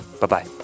Bye-bye